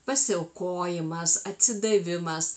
pasiaukojimas atsidavimas